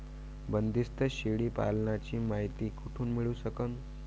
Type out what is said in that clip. बंदीस्त शेळी पालनाची मायती कुठून मिळू सकन?